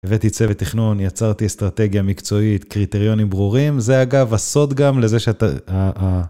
הבאתי צוות תכנון, יצרתי אסטרטגיה מקצועית, קריטריונים ברורים, זה אגב הסוד גם לזה שאתה...